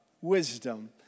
wisdom